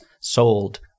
sold